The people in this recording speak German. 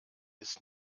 ist